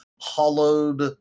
Hollowed